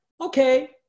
okay